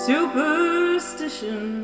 Superstition